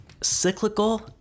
cyclical